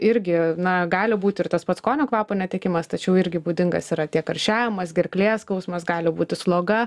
irgi na gali būti ir tas pats skonio kvapo netekimas tačiau irgi būdingas yra tiek karščiavimas gerklės skausmas gali būti sloga